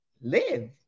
live